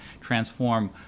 transform